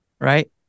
Right